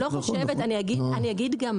אני לא חושבת כך.